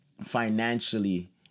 financially